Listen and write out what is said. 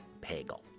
Pagel